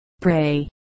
pray